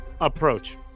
approach